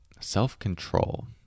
self-control